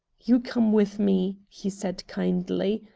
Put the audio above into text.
you come with me, he said kindly.